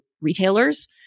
retailers